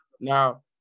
Now